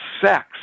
sex